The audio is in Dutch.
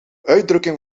uitdrukking